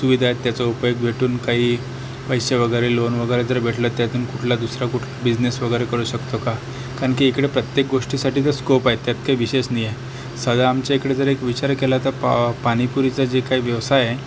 सुविधा आहेत त्याचा उपयोग भेटून काही पैसे वगैरे लोन वगैरे जर भेटलं त्यातून कुठला दुसरा कुठला बिझनेस वगैरे करू शकतो का कारण की इकडे प्रत्येक गोष्टीसाठी जर स्कोप आहे त्यात काही विषयच नाही आहे साधं आमच्या इकडे जर एक विचार केला तर पा पाणीपुरीचं जे काही व्यवसाय आहे